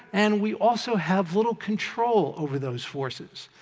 and we also have little control over those forces.